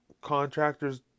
contractors